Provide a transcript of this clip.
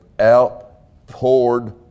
outpoured